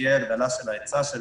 תהיה הגדלה של היצע של